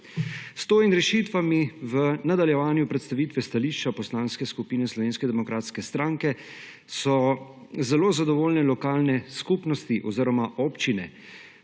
S to in rešitvami v nadaljevanju predstavitve stališča Poslanske stranke Slovenske demokratske stranke so zelo zadovoljne lokalne skupnosti oziroma občine,